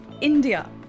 India